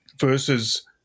versus